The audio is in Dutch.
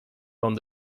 van